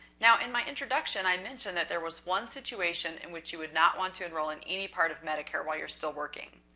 now, in my introduction, i mentioned that there was one situation in which you would not want to enroll in any part of medicare while you're still working.